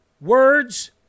words